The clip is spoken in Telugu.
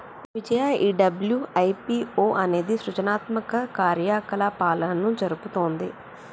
విజయ ఈ డబ్ల్యు.ఐ.పి.ఓ అనేది సృజనాత్మక కార్యకలాపాలను జరుపుతుంది